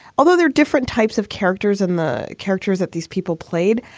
although there are different types of characters in the characters that these people played.